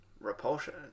Repulsion